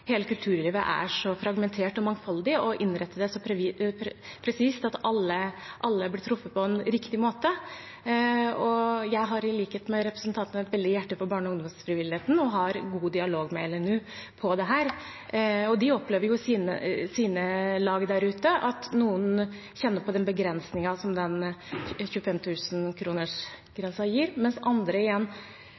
så presist at alle blir truffet på en riktig måte. Jeg har, i likhet med representanten, et stort hjerte for barne- og ungdomsfrivilligheten og har god dialog med LNU på dette, og de opplever i sine lag der ute at noen kjenner på den begrensningen som 25 000-kronersgrensen gir, mens andre igjen